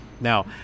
Now